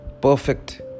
Perfect